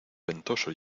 ventoso